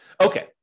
Okay